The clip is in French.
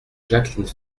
jacqueline